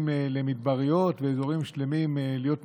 למדבריות ואזורים שלמים להיות מוצפים,